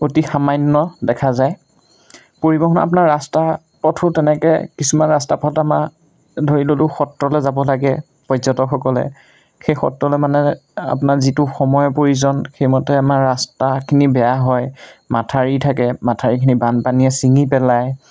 অতি সামান্য দেখা যায় পৰিবহণৰ আপোনাৰ ৰাস্তা পথো তেনেকৈ কিছুমান ৰাস্তা পথ আমাৰ ধৰি ল'লোঁ সত্ৰলৈ যাব লাগে পৰ্যটকসকলে সেই সত্ৰলৈ মানে আপোনাৰ যিটো সময়ৰ প্ৰয়োজন সেইমতে আমাৰ ৰাস্তাখিনি বেয়া হয় মথাউৰি থাকে মথাউৰিখিনি বানপানীয়ে চিঙি পেলায়